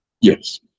Yes